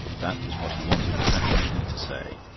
that was what he wanted passionately to say.